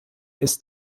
ist